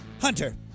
Hunter